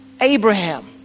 Abraham